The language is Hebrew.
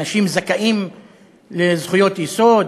אנשים זכאים לזכויות יסוד,